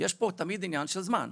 יש פה תמיד עניין של זמן,